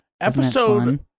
Episode